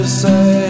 say